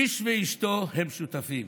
איש ואשתו הם שותפים,